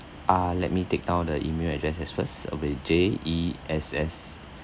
ah let me take down the email address as first uh J E S S